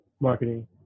marketing